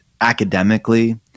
academically